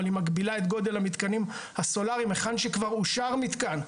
אבל היא מגבילה את גודל הסולאריים להיכן שכבר אושר מתקן,